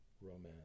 romance